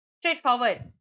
straightforward